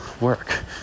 work